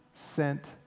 sent